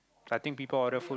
I think people order food